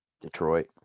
Detroit